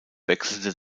wechselte